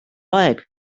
aeg